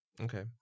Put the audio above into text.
Okay